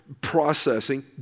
processing